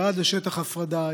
ירד לשטח הפרדה,